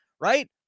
Right